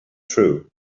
true